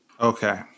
Okay